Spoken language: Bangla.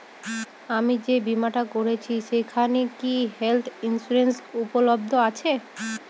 আমি যে বীমাটা করছি সেইখানে কি হেল্থ ইন্সুরেন্স উপলব্ধ আছে?